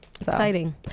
Exciting